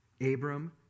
Abram